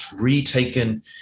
retaken